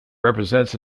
represents